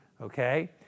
okay